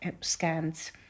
scans